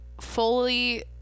fully